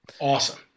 awesome